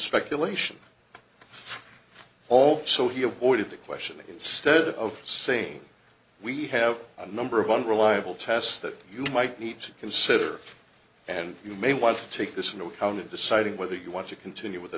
speculation all so he avoided the question instead of saying we have a number of unreliable tests that you might need to consider and you may want to take this into account in deciding whether you want to continue with the